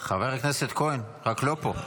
לא --- חבר הכנסת כהן, רק לא פה.